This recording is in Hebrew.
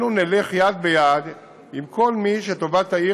אנחנו נלך יד ביד עם כל מי שטובת העיר